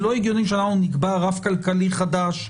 זה לא הגיוני שאנחנו נקבע רף כלכלי חדש.